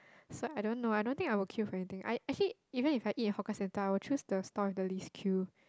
so I don't know I don't think I will queue for anything I actually even if I eat at hawker centre I will choose the stall with the least queue